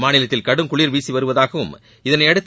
மாநிலத்தில் கடும் குளிர்காற்று வீசி வருவதாகவும் இதனையடுத்து